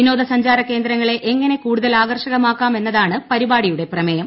വിനോദ സഞ്ചാര കേന്ദ്രങ്ങളെ എങ്ങനെ കൂടുതൽ ആകർഷകമാക്കാം എന്നതാണ് പരിപാടിയുടെ പ്രമേയം